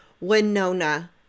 Winona